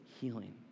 healing